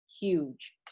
huge